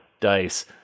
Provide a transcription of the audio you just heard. dice